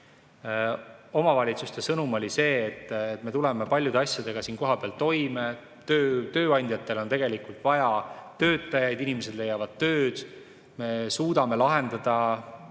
omavalitsuste sõnum see, et me tuleme paljude asjadega siin kohapeal toime, tööandjatel on vaja töötajaid, inimesed leiavad tööd, me suudame üldjuhul